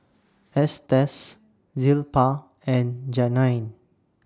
Estes Zilpah and Janine